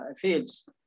fields